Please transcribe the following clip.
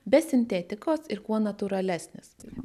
be sintetikos ir kuo natūralesnis